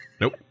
Nope